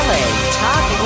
Talk